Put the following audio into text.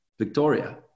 Victoria